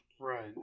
right